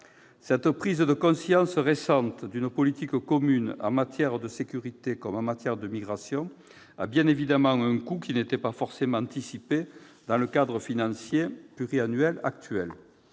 Cette prise de conscience récente d'une politique commune en matière de sécurité, comme en matière de migration, a bien évidemment un coût, qui n'était pas forcément anticipé dans le cadre financier pluriannuel actuel.